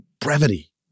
brevity